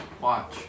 Watch